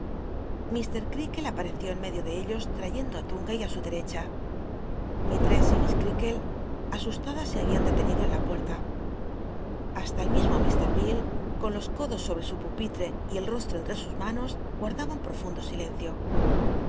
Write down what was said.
ilr creakle apareció en medio de ellos llayendo ú rtuigay á su derecha misltess y mi s creaklc asustadas se habian detenido en la lliict'ta hasta el mismo mr l con los codos sobre su pupit te y el rostro entre sus manos guardaba un profundo silencio